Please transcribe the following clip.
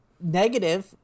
negative